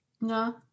no